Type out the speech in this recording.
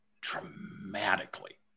dramatically